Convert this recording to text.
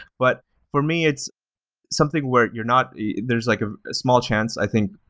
but for me, it's something where you're not there's like ah a small chance, i think,